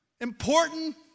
important